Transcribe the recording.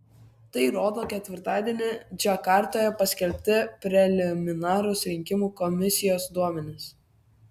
tai rodo ketvirtadienį džakartoje paskelbti preliminarūs rinkimų komisijos duomenys